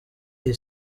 iyi